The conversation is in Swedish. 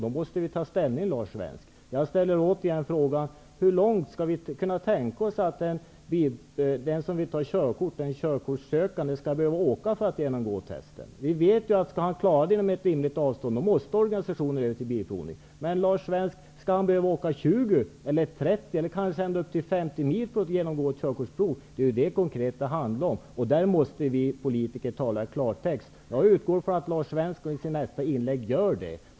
Då måste vi ta ställning, Jag ställer återigen frågan: Hur långt skall man kunna tänka sig att den som vill ta körkort skall behöva åka för att genomgå testet? Vi vet att verksamheten måste överföras till Svensk Bilprovning, om han skall klara det inom ett rimligt avstånd. Men skall han behöva åka 20, 30 eller ända upp till 50 mil för att genomgå körkortsprov? Det är vad det handlar om konkret. Där måste vi politiker tala klartext. Jag utgår från att Lars Svensk i sitt nästa inlägg gör det.